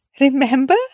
Remember